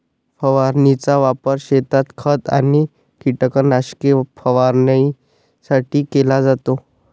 फवारणीचा वापर शेतात खत आणि कीटकनाशके फवारणीसाठी केला जातो